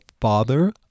father